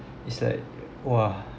is like !wah!